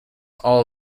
all